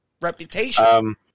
reputation